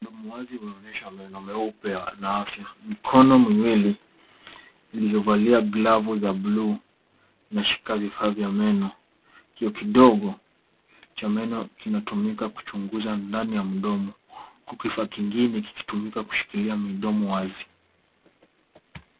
Mdomo wazi unaonyesha meno meupe yana afya. Mikono miwili iliyovalia glavu za bluu imeshika vifaa vya meno. Kioo kidogo cha meno kinatumika kuchunguza ndani ya mdomo huku kifaa kingine kikitumika kushikilia mdomo wazi.